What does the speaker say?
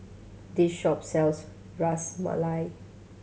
this shop sells Ras Malai